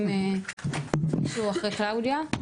אחרי קלאודיה.